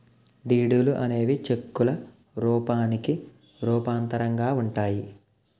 డీడీలు అనేవి చెక్కుల రూపానికి రూపాంతరంగా ఉంటాయి